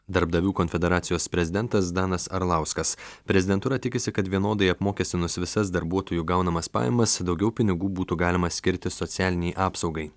darbdavių konfederacijos prezidentas danas arlauskas prezidentūra tikisi kad vienodai apmokestinus visas darbuotojų gaunamas pajamas daugiau pinigų būtų galima skirti socialinei apsaugai